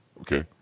Okay